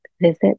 visit